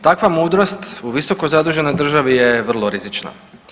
Takva mudrost u visokozaduženoj državi je vrlo rizična.